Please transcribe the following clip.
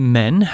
men